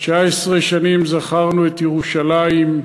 19 שנים זכרנו את ירושלים,